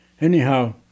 Anyhow